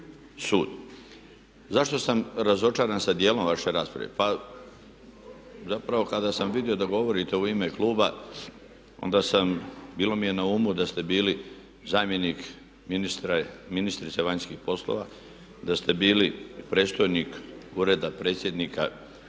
Zašto sam razočaran sa dijelom vaše rasprave.